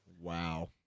Wow